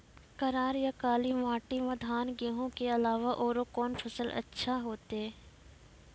करार या काली माटी म धान, गेहूँ के अलावा औरो कोन फसल अचछा होतै?